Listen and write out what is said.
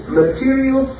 material